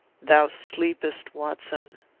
thou sleepest, watson!